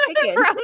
chicken